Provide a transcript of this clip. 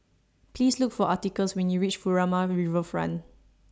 Please Look For Atticus when YOU REACH Furama Riverfront